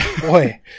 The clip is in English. boy